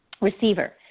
Receiver